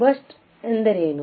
burst ಶಬ್ದ ಎಂದರೇನು